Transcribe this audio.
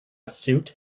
suit